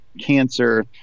cancer